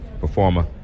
performer